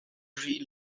rih